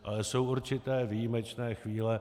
Ale jsou určité výjimečné chvíle.